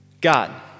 God